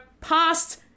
past